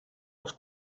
els